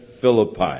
Philippi